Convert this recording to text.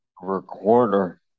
recorder